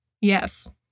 Yes